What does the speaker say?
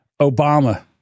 obama